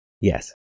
Yes